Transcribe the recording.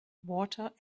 water